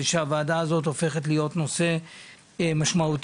ושהוועדה הזאת הופכת להיות נושא משמעותי.